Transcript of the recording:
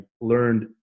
learned